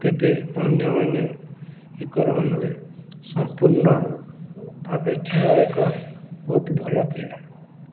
ତେବେ ଅନ୍ୟମାନେ ଏକ ରନ୍ ହୁଏ ସମ୍ପୂର୍ଣ୍ଣ ଭାବେ ଖେଳ ଏକ ବହୁତ ଭଲ କ୍ରୀଡ଼ା